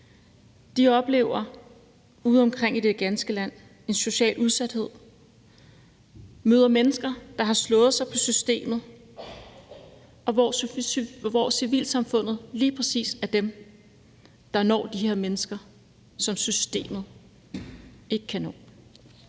De oplever udeomkring i det ganske land en social udsathed, møder mennesker, der har slået sig på systemet, hvor civilsamfundet lige præcis er dem, der når de her mennesker, som systemet ikke kan nå.